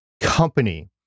company